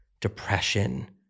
depression